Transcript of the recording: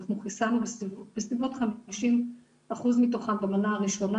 אנחנו חיסנו בסביבות 50% מתוכם במנה הראשונה,